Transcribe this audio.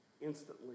instantly